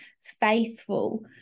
faithful